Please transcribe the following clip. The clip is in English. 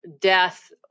death